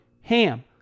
HAM